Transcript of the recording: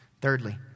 Thirdly